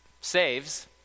saves